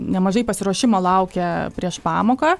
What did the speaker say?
nemažai pasiruošimo laukia prieš pamoką